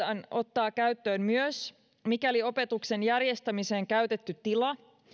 ottaa käyttöön myös mikäli opetuksen järjestämiseen käytetty tila